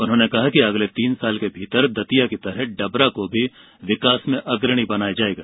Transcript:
उन्होंने कहा कि अगले तीन साल के भीतर दतिया की तरह डबरा को भी विकास में अग्रणी बनाया जाएगा